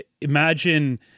imagine